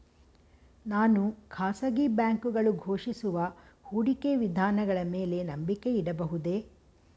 ನಾನು ಖಾಸಗಿ ಬ್ಯಾಂಕುಗಳು ಘೋಷಿಸುವ ಹೂಡಿಕೆ ವಿಧಾನಗಳ ಮೇಲೆ ನಂಬಿಕೆ ಇಡಬಹುದೇ?